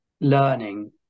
learning